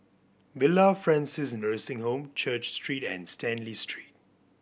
Villa Francis Nursing Home Church Street and Stanley Street